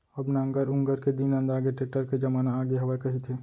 अब नांगर ऊंगर के दिन नंदागे, टेक्टर के जमाना आगे हवय कहिथें